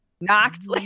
Knocked